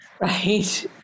Right